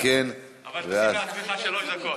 לא של אף אחד אחר.